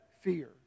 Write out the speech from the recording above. fear